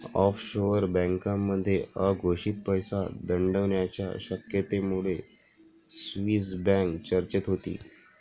offshore बँकांमध्ये अघोषित पैसा दडवण्याच्या शक्यतेमुळे स्विस बँक चर्चेत होती